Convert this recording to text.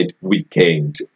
weekend